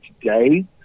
today